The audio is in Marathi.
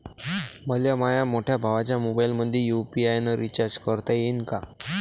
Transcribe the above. मले माह्या मोठ्या भावाच्या मोबाईलमंदी यू.पी.आय न रिचार्ज करता येईन का?